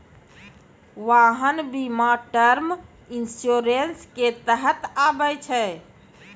वाहन बीमा term insurance के तहत आबै छै